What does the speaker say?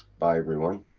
bye everyone.